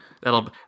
That'll